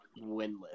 winless